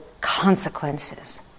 consequences